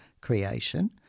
creation